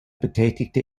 betätigte